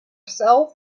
self